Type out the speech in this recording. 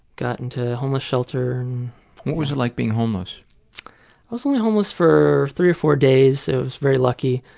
got into a homeless shelter. what was it like being homeless? i was only homeless for three or four days. it was very lucky.